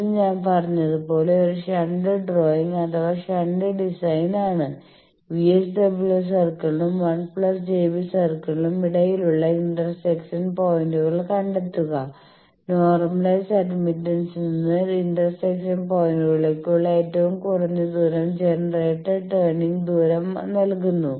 ഇത് ഞാൻ പറഞ്ഞതുപോലെ ഒരു ഷണ്ട് ഡ്രോയിംഗ് അഥവാ ഷണ്ട് ഡിസൈൻ ആണ് VSWR സർക്കിളിനും 1 j B സർക്കിളിനും ഇടയിലുള്ള ഇന്റർസെക്ഷൻ പോയിന്റുകൾ കണ്ടെത്തുക നോർമലൈസ്ഡ് അഡ്മിറ്റൻസിൽ നിന്ന് ഇന്റർസെക്ഷൻ പോയിന്റുകളിലേക്കുള്ള ഏറ്റവും കുറഞ്ഞ ദൂരം ജനറേറ്റർ ടേണിംഗ് ദൂരം നൽകുന്നു